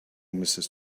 mrs